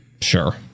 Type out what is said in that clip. Sure